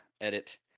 edit